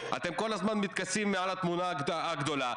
אתם כל הזמן מתכסים בתמונה הגדולה,